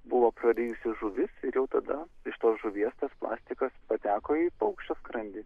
buvo prarijusi žuvis ir jau tada iš tos žuvies tas plastikas pateko į paukščio skrandį